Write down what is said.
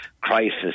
crisis